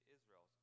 Israel